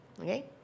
Okay